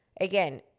again